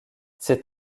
ces